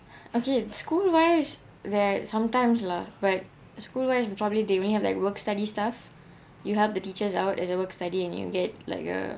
okay school-wise there sometimes lah but school-wise probably they only have like work study stuff you help the teachers out as a work study and you get like a